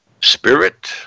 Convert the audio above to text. spirit